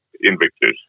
Invictus